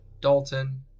Dalton